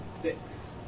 Six